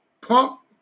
Pump